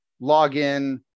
login